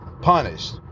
punished